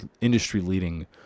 industry-leading